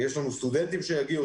יש לנו סטודנטים שיגיעו,